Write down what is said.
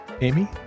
Amy